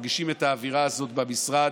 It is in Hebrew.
מרגישים את האווירה הזאת במשרד.